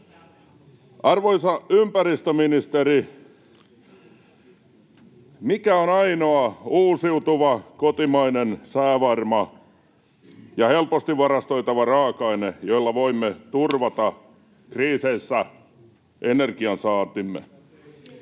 Arvoisa ympäristöministeri, mikä on ainoa uusiutuva, kotimainen, säävarma ja helposti varastoitava raaka-aine, jolla voimme turvata kriiseissä energiansaantimme?